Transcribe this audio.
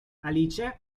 alice